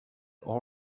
all